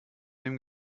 dem